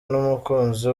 n’umukunzi